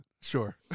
Sure